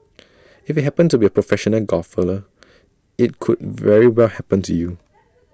if IT happened to A professional golfer IT could very well happen to you